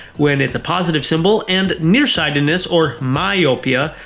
when it's a positive symbol and near-sightedness, or myopia,